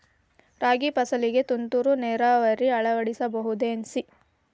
ರಾಗಿ ಫಸಲಿಗೆ ತುಂತುರು ನೇರಾವರಿ ಅಳವಡಿಸಬಹುದೇನ್ರಿ?